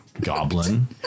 goblin